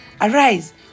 arise